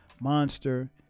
Monster